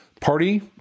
party